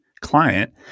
client